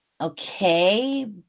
okay